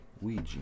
Ouija